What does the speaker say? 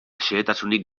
xehetasunik